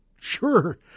Sure